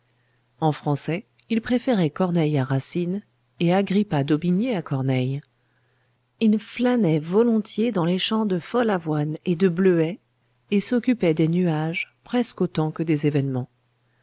en français il préférait corneille à racine et agrippa d'aubigné à corneille il flânait volontiers dans les champs de folle avoine et de bleuets et s'occupait des nuages presque autant que des événements